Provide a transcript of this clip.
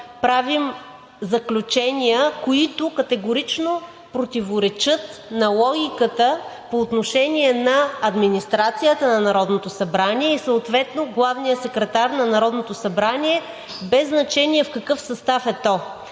правим заключения, които категорично противоречат на логиката по отношение на администрацията на Народното събрание и съответно главния секретар на Народното събрание без значение в какъв състав е то.